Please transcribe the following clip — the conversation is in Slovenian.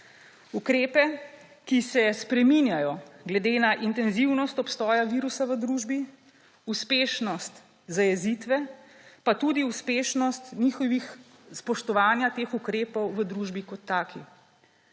Ukrepe, ki se spreminjajo glede na intenzivnost obstoja virusa v družbi, uspešnost zajezitve pa tudi uspešnost spoštovanja teh ukrepov v družbi kot taki.